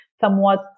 somewhat